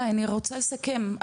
די אני רוצה לסכם,